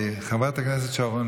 חברת הכנסת שרון